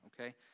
okay